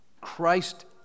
Christ